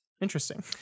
Interesting